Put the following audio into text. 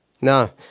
No